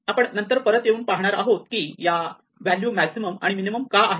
आपण नंतर परत येऊ येऊन पाहणार आहोत की या व्हॅल्यू मॅक्झिमम आणि मिनिमम का आहेत